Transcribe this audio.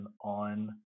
on